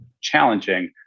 challenging